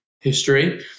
history